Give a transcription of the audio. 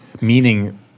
Meaning